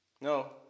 No